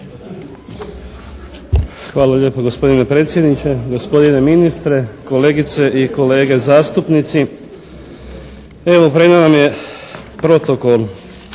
Hvala lijepa gospodine predsjedniče, gospodine ministre, kolegice i kolege zastupnici. Evo pred nama je Protokol